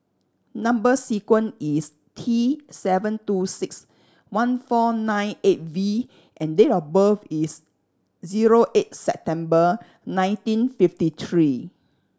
number sequence is T seven two six one four nine eight V and date of birth is zero eight September nineteen fifty three